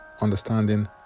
understanding